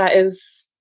ah is,